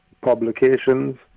Publications